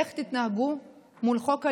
איך תתנהגו מול חוק הלאום.